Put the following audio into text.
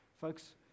Folks